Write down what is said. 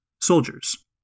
Soldiers